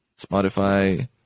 Spotify